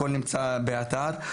הכל נמצא באתר.